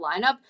lineup